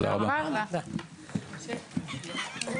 הישיבה ננעלה בשעה 13:11